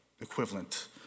equivalent